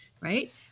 right